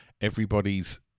everybody's